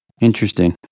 Interesting